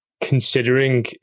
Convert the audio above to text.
considering